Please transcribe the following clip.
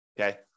okay